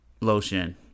lotion